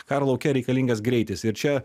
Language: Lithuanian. karo lauke reikalingas greitis ir čia